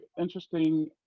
interesting